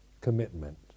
commitment